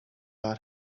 out